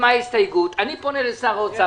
אני פונה לשר האוצר.